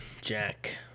Jack